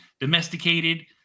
domesticated